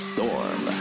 Storm